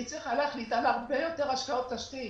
היא צריכה להחליט על הרבה יותר השקעות תשתית.